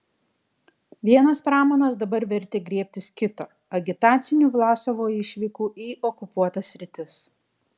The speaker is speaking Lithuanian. vienas pramanas dabar vertė griebtis kito agitacinių vlasovo išvykų į okupuotas sritis